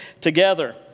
together